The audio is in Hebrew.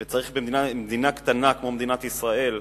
וצריך, במדינה קטנה כמו מדינת ישראל,